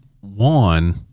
one